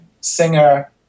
singer